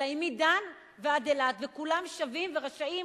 אלא היא מדן ועד אילת וכולם שווים ורשאים